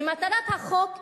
ממטרת החוק,